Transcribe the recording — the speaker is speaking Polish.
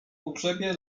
pogrzebie